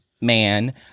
man